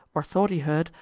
or thought he heard,